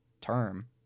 term